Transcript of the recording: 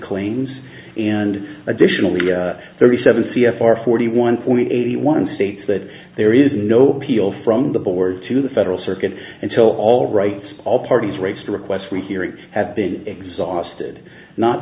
claims and additionally the thirty seven c f r forty one point eighty one states that there is no peel from the board to the federal circuit until all rights all parties race to request rehearing have been exhausted not